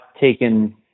taken